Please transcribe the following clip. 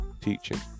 teaching